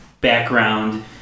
background